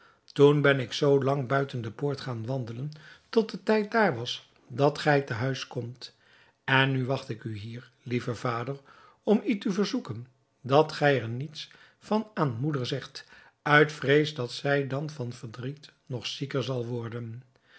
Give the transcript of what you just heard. toen ben ik zoo lang buiten de poort gaan wandelen tot de tijd daar was dat gij te huis komt en nu wacht ik u hier lieve vader om u te verzoeken dat gij er niets van aan moeder zegt uit vrees dat zij dan van verdriet nog zieker zal worden